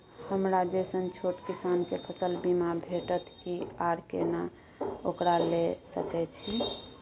हमरा जैसन छोट किसान के फसल बीमा भेटत कि आर केना ओकरा लैय सकैय छि?